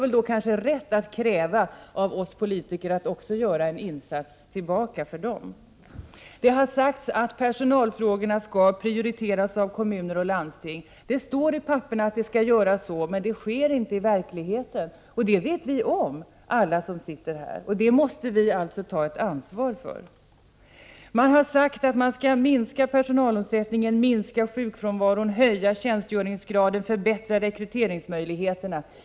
Personalen kan väl då ha rätt att kräva av oss politiker att vi gör 13 december 1988 en insats tillbaka för den. FÄR TER Det har sagts att personalfrågorna skall prioriteras av kommuner och landsting. Det står i propositionen. Men det sker inte i verkligheten. Detta vet vi om alla vi som sitter här. Det måste vi ta ett ansvar för. Det har sagts att man skall minska personalomsättningen, minska sjukfrånvaron, höja tjänstgöringsgraden och förbättra rekryteringsmöjligheterna.